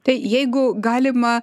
tai jeigu galima